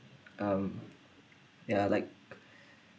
um ya like